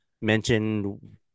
mention